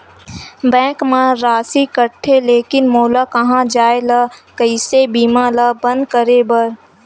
Bank मा राशि कटथे लेकिन मोला कहां जाय ला कइसे बीमा ला बंद करे बार?